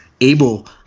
able